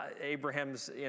Abraham's